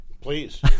Please